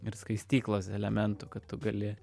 ir skaistyklos elementų kad tu gali